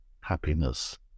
happiness